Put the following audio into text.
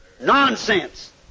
Nonsense